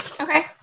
Okay